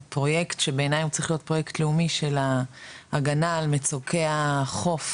שבפרוייקט שבעיניי הוא צריך להיות פרוייקט לאומי של ההגנה על מצוקי החוף